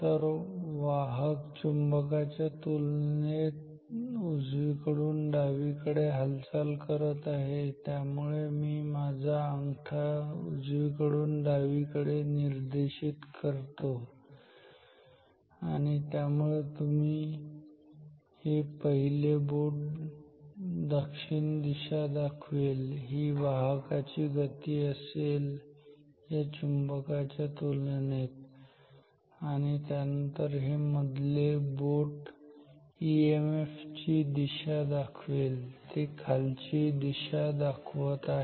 तर वाहक चुंबकाच्या तुलनेत उजवीकडून डावीकडे हालचाल करत आहे त्यामुळे मी माझा अंगठा उजवीकडून डावीकडे निर्देशित करतो आणि त्यामुळे हे पहिले बोट दक्षिण दिशा दाखवेल ही वाहकाची गती असेल या चुंबकाच्या तुलनेत त्यानंतर हे मधले बोट ईएमएफ ची दिशा दाखवेल आणि ते खालची दिशा दाखवत आहे